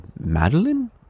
Madeline